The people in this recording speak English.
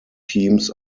teams